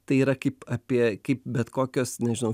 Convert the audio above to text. tai yra kaip apie kaip bet kokios nežinau